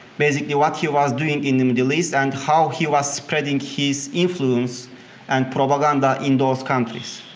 basically what he was doing in the middle east and how he was spreading his influence and propaganda in those countries.